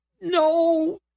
no